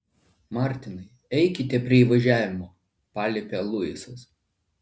martinai eikite prie įvažiavimo paliepia luisas